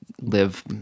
live